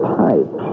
pipe